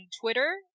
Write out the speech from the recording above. Twitter